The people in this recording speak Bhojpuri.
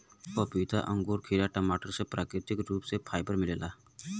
पपीता अंगूर खीरा टमाटर में प्राकृतिक रूप से फाइबर मिलेला